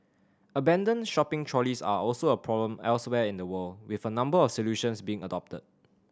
abandoned shopping trolleys are also a problem elsewhere in the world with a number of solutions being adopted